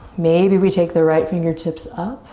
maybe we take the right fingertips up,